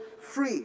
free